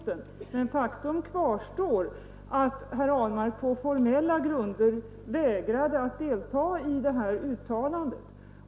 Anisernd isk irslar Men faktum kvarstår att herr Ahlmark på formella grunder vägrade att 2 SEE seg 28 i Syriens politik delta i det här uttalandet.